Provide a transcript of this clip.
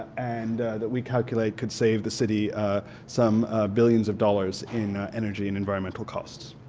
and that we calculate could save the city some billions of dollars in energy and environmental costs.